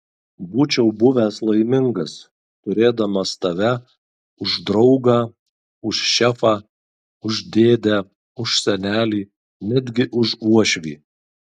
būčiau buvęs laimingas turėdamas tave už draugą už šefą už dėdę už senelį netgi už uošvį